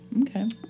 Okay